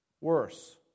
worse